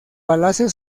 palacio